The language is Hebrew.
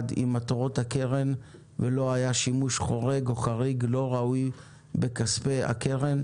עם מטרות הקרן ולא היה שימוש חורג או חריג לא ראוי בכספי הקרן,